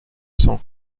sang